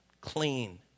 clean